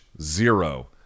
zero